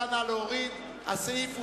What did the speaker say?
סעיף 79, פיתוח התחבורה, לשנת 2009, נתקבל.